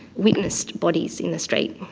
witnessed bodies in the street.